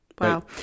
wow